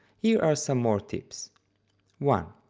here are some more tips one.